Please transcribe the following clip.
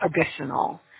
additional